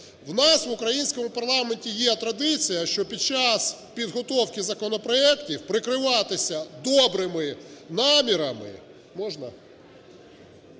У нас в українському парламенті є традиція, що під час підготовки законопроектів прикриватися добрими намірами…